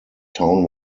town